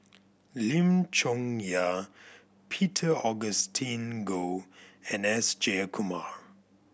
Lim Chong Yah Peter Augustine Goh and S Jayakumar